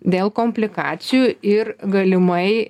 dėl komplikacijų ir galimai